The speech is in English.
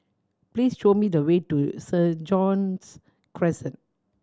please show me the way to Saint John's Crescent